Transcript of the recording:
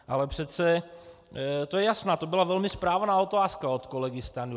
Ale přece, to je jasná, to byla velmi správná otázka od kolegy Stanjury.